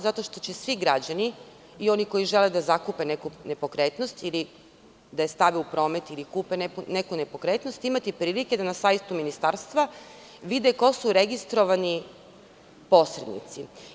Zato što će svi građani i oni koji žele da zakupe neku nepokretnost ili da je stave u promet ili kupe neku nepokretnost, imati prilike da na sajtu ministarstva vide ko su registrovani posrednici.